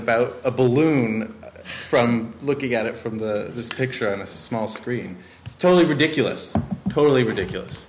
about a balloon from looking at it from the picture on a small screen totally ridiculous totally ridiculous